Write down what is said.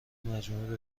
مجموعه